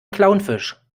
clownfisch